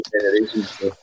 generations